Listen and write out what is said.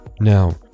Now